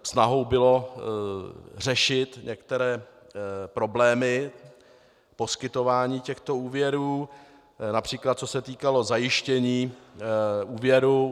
Snahou bylo řešit některé problémy poskytování těchto úvěrů, například co se týkalo zajištění úvěrů.